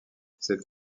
cette